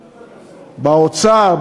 באוצר,